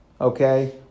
okay